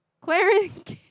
Clarence